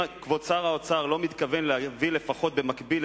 אם כבוד שר האוצר לא מתכוון לפחות להביא במקביל